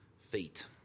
feet